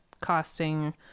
costing